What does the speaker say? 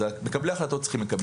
מקבלי ההחלטות צריכים לקבל את זה.